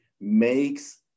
makes